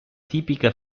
tipica